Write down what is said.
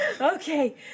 Okay